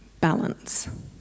balance